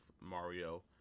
Mario